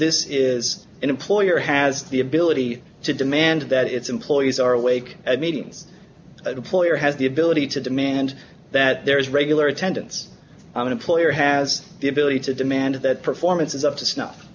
this is an employer has the ability to demand that its employees are awake at meetings employer has the ability to demand that there is regular attendance an employer has the ability to demand that performance is up to snuff